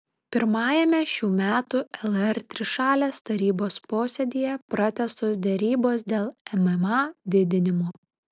pirmajame šių metų lr trišalės tarybos posėdyje pratęstos derybos dėl mma didinimo